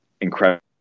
incredible